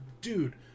Dude